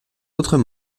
autres